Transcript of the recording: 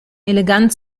elegant